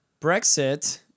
Brexit